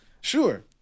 Sure